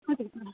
पाँच बजे